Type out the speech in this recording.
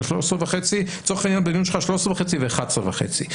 לצורך העניין יש לך 13,500 ו-11,500.